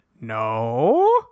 no